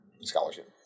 scholarship